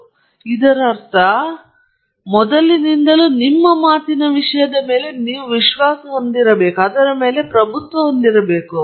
ಆದ್ದರಿಂದ ಇದರರ್ಥ ಮೊದಲಿನಿಂದಲೂ ನಿಮ್ಮ ಮಾತಿನ ವಿಷಯದ ಬಗ್ಗೆ ನೀವು ವಿಶ್ವಾಸ ಹೊಂದಬೇಕು